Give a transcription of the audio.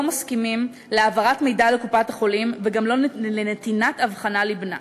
מסכימים להעברת מידע לקופת-החולים וגם לא למתן אבחנה לבנם.